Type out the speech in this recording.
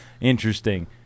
interesting